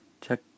check